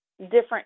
different